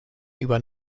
über